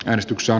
äänestyksen